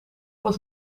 was